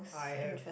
I have